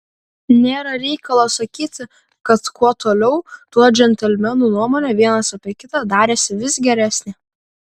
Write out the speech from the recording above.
nėra reikalo sakyti kad kuo toliau tuo džentelmenų nuomonė vienas apie kitą darėsi vis geresnė